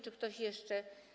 Czy ktoś jeszcze?